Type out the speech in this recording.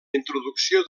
introducció